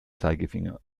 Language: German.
zeigefinger